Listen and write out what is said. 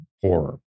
horror